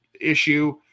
issue